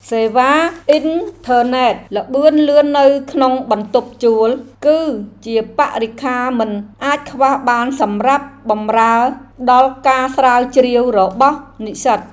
សេវាអ៊ីនធឺណិតល្បឿនលឿននៅក្នុងបន្ទប់ជួល គឺជាបរិក្ខារមិនអាចខ្វះបានសម្រាប់បម្រើដល់ការស្រាវជ្រាវរបស់និស្សិត។